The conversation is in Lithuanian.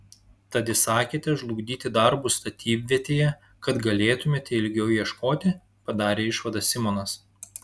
tad įsakėte žlugdyti darbus statybvietėje kad galėtumėte ilgiau ieškoti padarė išvadą simonas